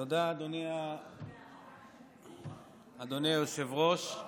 תודה, אדוני היושב-ראש.